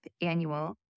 annual